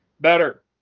better